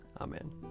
Amen